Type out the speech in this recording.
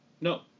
No